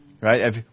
Right